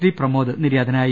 D Pramod നിര്യാതനായി